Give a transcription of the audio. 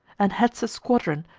and heads a squadron,